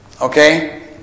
Okay